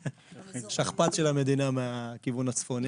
השכפ"ץ של המדינה מהכיוון הצפוני.